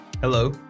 hello